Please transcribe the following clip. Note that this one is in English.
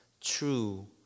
true